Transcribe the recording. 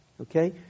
okay